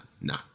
no